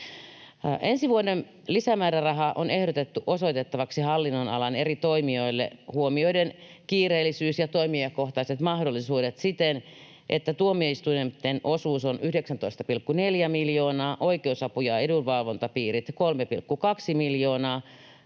Ensi vuoden lisämääräraha on ehdotettu osoitettavaksi hallinnonalan eri toimijoille huomioiden kiireellisyys ja toimijakohtaiset mahdollisuudet siten, että tuomioistuinten osuus on 19,4 miljoonaa, oikeusapu- ja edunvalvontapiirien 3,2 miljoonaa,